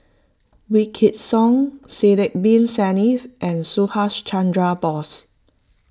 Wykidd Song Sidek Bin Saniff and Subhas Chandra Bose